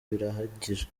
birahagije